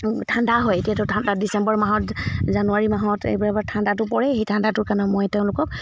ঠাণ্ডা হয় এতিয়টো ঠাণ্ডা ডিচেম্বৰ মাহত জানুৱাৰী মাহত এইবাৰ ঠাণ্ডাটো পৰেই সেই ঠাণ্ডাটোৰ কাৰণে মই তেওঁলোকক